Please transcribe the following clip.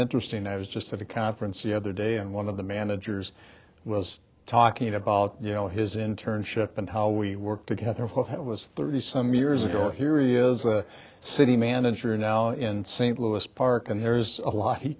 interesting i was just at a conference the other day and one of the managers was talking about you know his internship and how we work together what it was thirty some years ago or here is a city manager now in st louis park and there's a lot he